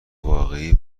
واقعی